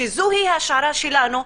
שזוהי ההשערה שלנו,